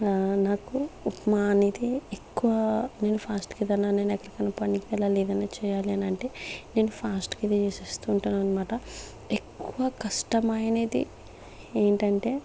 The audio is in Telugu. నాకు ఉప్మా అనేది ఎక్కువ నేను ఫాస్ట్ గా ఏదన్న నేను ఎక్కడికైనా పనికి వెళ్ళాలి ఏదైనా చెయ్యాలి అని అంటే నేను ఫాస్ట్ గా అది చేసేస్తుంటానన్నమాట ఎక్కువ కష్టమైనది ఏంటంటే